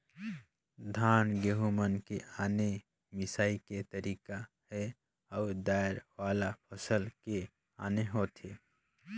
धान, गहूँ मन के आने मिंसई के तरीका हे अउ दायर वाला फसल के आने होथे